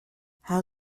how